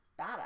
badass